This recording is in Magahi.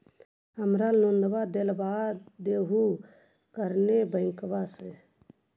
हमरा लोनवा देलवा देहो करने बैंकवा से?